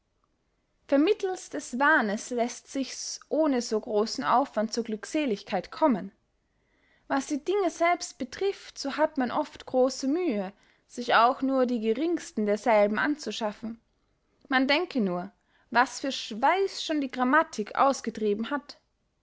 vermittelst des wahnes läßt sichs ohne so grossen aufwand zur glückseligkeit kommen was die dinge selbst betrift so hat man oft grosse mühe sich auch nur die geringsten derselben anzuschaffen man denke nur was für schweiß schon die grammatik ausgetrieben hat